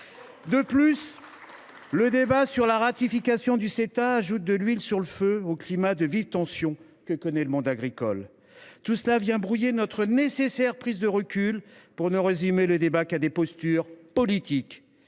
En outre, le débat sur la ratification du Ceta ajoute de l’huile sur le feu aux vives tensions que connaît le monde agricole. Tout cela vient brouiller notre nécessaire prise de recul, pour ne nourrir nos discussions que de postures politiques.